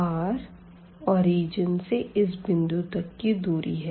r origin से इस बिंदु तक की दूरी है